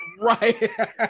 Right